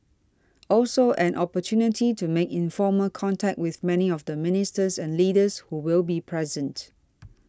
also an opportunity to make informal contact with many of the ministers and leaders who will be present